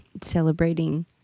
celebrating